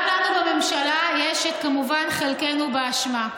גם לנו בממשלה יש כמובן חלק באשמה.